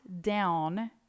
down